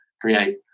create